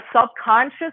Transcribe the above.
subconscious